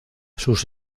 sus